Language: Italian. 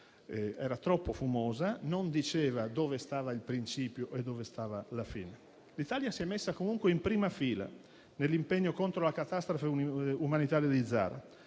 era troppo fumosa e non diceva dove stava il principio e dove stava la fine. L'Italia si è messa comunque in prima fila nell'impegno contro la catastrofe umanitaria di Gaza.